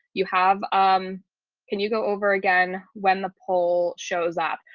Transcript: you have um can you go over again when the poll shows up?